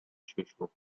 siusiu